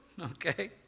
Okay